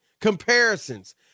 Comparisons